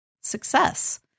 success